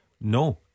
No